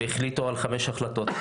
החליטו על חמש החלטות,